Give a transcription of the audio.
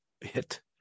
hit